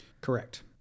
Correct